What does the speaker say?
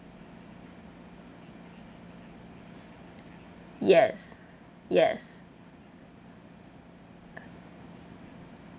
yes yes